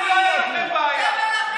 ועם זה לא הייתה לכם בעיה.